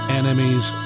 enemies